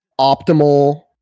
optimal